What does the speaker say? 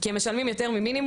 כי הם משלמים יותר ממינימום.